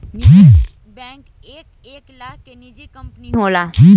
निवेश बैंक एक एक लेखा के निजी कंपनी होला